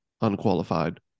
unqualified